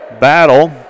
battle